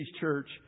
church